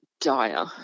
dire